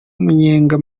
umunyenga